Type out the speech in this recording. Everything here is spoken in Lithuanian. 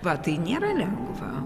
va tai nėra lengva